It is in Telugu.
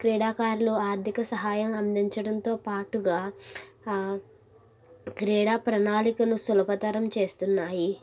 క్రీడాకారులు ఆర్థిక సహాయం అందించడంతో పాటుగా ఆ క్రీడా ప్రణాళికలు సులభతరం చేస్తున్నాయి